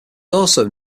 also